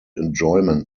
enjoyment